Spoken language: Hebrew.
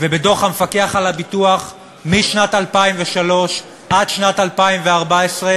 ובדוח המפקח על הביטוח משנת 2003 עד שנת 2014,